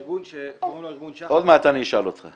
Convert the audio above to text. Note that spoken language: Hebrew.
ארגון שקוראים לו ארגון שח"ר --- עוד מעט אני אשאל אותך.